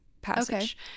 Passage